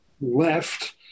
left